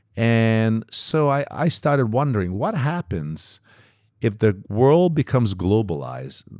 and so i started wondering, what happens if the world becomes globalized?